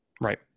Right